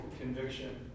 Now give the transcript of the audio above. conviction